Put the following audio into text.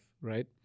right